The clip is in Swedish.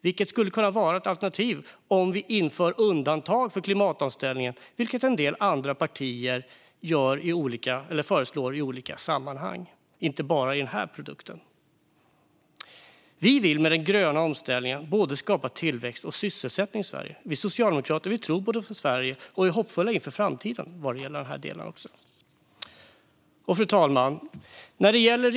Det skulle kunna vara ett alternativ om vi inför undantag för klimatomställningen, vilket en del andra partier föreslår i olika sammanhang och inte bara för den här produkten. Vi vill med den gröna omställningen skapa både tillväxt och sysselsättning i Sverige. Vi socialdemokrater tror på Sverige och är hoppfulla inför framtiden vad gäller också den här delen. Fru talman!